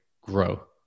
grow